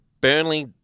Burnley